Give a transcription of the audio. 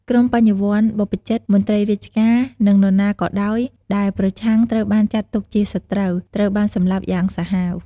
ក្រុមបញ្ញវន្ត បព្វជិត មន្ត្រីរាជការ និងនរណាក៏ដោយដែលប្រឆាំង ត្រូវបានចាត់ទុកជា «សត្រូវ» ត្រូវបានសម្លាប់យ៉ាងសាហាវ។